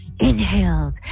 inhaled